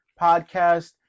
podcast